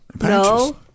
No